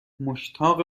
مشتاق